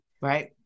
Right